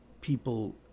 people